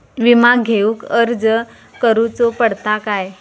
विमा घेउक अर्ज करुचो पडता काय?